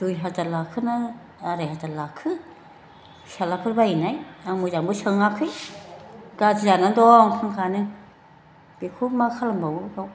दुइ हाजार लाखो ना आराय हाजार लाखो फिसाज्लाफोर बायहैनाय आं मोजांबो सोङाखै गाज्रि जानानै दं पांखायानो बेखौ मा खालामबावो बेयाव